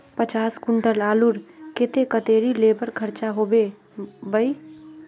पचास कुंटल आलूर केते कतेरी लेबर खर्चा होबे बई?